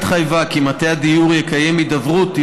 הממשלה התחייבה כי מטה הדיור יקיים הידברות עם